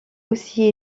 aussi